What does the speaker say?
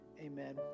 amen